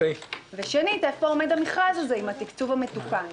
שנית, איפה עומד המכרז הזה עם התקצוב המתוקן?